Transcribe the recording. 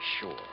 Sure